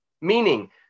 meaning